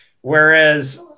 Whereas